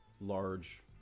large